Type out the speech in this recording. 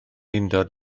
undod